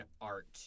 art